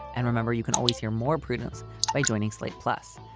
and remember, you can always hear more prudence by joining slate. plus,